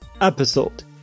episode